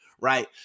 right